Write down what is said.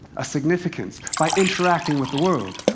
a significance, by interacting with the world.